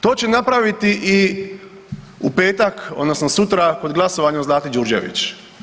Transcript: To će napraviti i u petak odnosno sutra kod glasovanja o Zlati Đurđević.